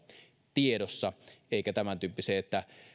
tiedossa eikä tämäntyyppisiä että